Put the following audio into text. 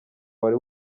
wari